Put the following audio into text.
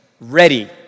ready